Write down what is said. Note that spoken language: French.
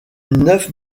neuf